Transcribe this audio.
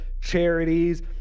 charities